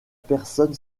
personne